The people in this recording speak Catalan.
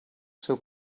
seu